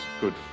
good